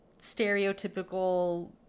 stereotypical